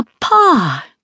Papa